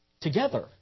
together